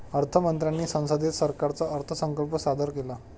अर्थ मंत्र्यांनी संसदेत सरकारचा अर्थसंकल्प सादर केला